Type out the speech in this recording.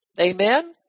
Amen